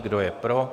Kdo je pro?